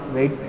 Wait